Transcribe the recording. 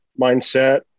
mindset